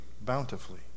bountifully